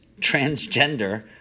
transgender